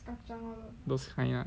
those kind ya ya